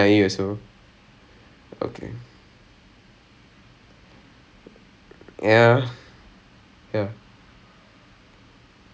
at N_I_E I even சம்மதமே இல்லை:sammathame illai to computer எங்ககே இருக்கு:engae irukku biomechanics எங்ககே இருக்கு அதுவும்:engae irukku athuvum for sports I just went I just didn't care I was like